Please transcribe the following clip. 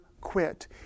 quit